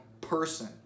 person